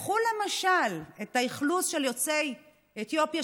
קחו למשל את יוצאי אתיופיה,